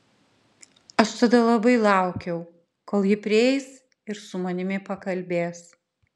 aš tada labai laukiau kol ji prieis ir su manimi pakalbės